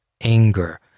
anger